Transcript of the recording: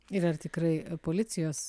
ir ar tikrai policijos